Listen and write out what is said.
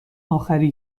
آخری